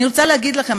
אני רוצה להגיד לכם,